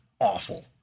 awful